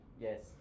Yes